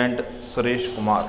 and Suresh Kumar